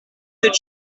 that